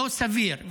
לא סביר.